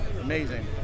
Amazing